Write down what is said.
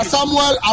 Samuel